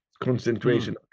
concentration